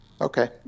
Okay